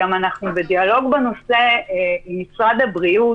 ואנחנו בדיאלוג בנושא עם משרד הבריאות,